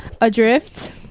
Adrift